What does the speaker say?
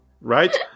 Right